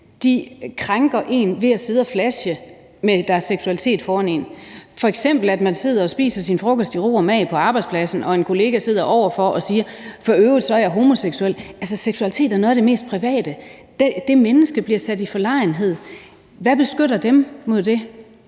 krænker dem ved at sidde og flashe deres seksualitet foran dem. Det kan f.eks. være, at man sidder og spiser sin frokost i ro og mag på arbejdspladsen og en kollega sidder over for og siger: For øvrigt er jeg er homoseksuel. Altså, seksualitet er noget af det mest private. Det menneske bliver sat i forlegenhed. Hvad beskytter dem mod det?